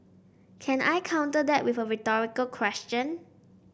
can I counter that with a rhetorical question